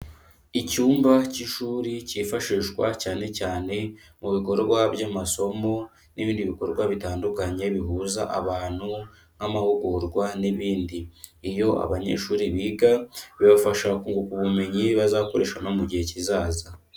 Icyumba cy'ishuri cyifashishwa cyane cyane, mu bikorwa by'amasomo, n'ibindi bikorwa bitandukanye bihuza abantu, nk'amahugurwa n'ibindi, iyo abanyeshuri biga bibafasha kunguka ubumenyi bazakoresha no mu gihe kizaza.